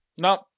No